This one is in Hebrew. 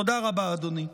תודה רבה אדוני.